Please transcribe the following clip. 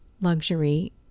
luxury